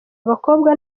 abakobwa